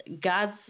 God's